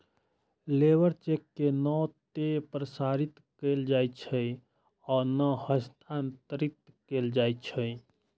labour cheque के नै ते प्रसारित कैल जाइ छै आ नै हस्तांतरित कैल जाइ छै